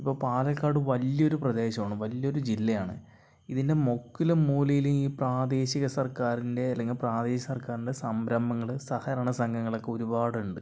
ഇപ്പോൾ പാലക്കാട് വലിയൊരു പ്രദേശമാണ് വലിയൊരു ജില്ലയാണ് ഇതിന്റെ മുക്കിലും മൂലയിലും ഈ പ്രാദേശിക സർക്കാരിന്റെ അല്ലെങ്കിൽ പ്രാദേശിക സർക്കാരിന്റെ സംരംഭങ്ങൾ സഹകരണ സംഘങ്ങളൊക്കെ ഒരുപാടുണ്ട്